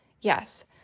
Yes